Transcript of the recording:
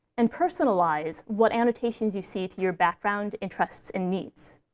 and personalize what annotations you see to your background, interests, and needs.